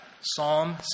Psalm